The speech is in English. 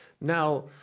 Now